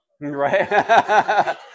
Right